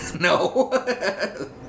no